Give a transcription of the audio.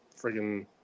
friggin